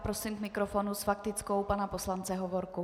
Prosím k mikrofonu s faktickou pana poslance Hovorku.